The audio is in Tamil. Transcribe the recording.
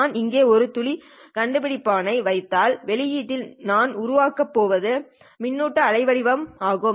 நான் இங்கே ஒரு ஒளி கண்டுபிடிப்பானை வைத்தால் வெளியீட்டில் நான் உருவாக்கப் போவது மின்னோட்டம் அலைவடிவம் ஆகும்